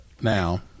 now